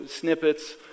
snippets